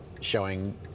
showing